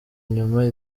inyuma